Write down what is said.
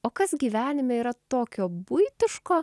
o kas gyvenime yra tokio buitiško